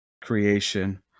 creation